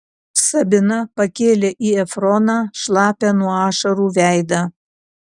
sabina pakėlė į efroną šlapią nuo ašarų veidą